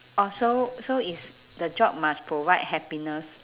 oh so so is the job must provide happiness